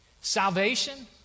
salvation